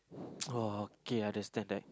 oh okay understand that